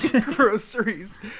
groceries